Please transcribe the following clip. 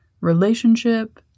relationship